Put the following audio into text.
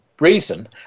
reason